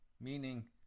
meaning